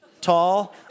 tall